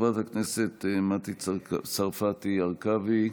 חברת הכנסת מטי צרפתי הרכבי,